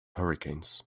hurricanes